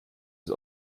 ist